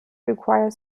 require